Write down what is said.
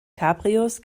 cabrios